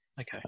Okay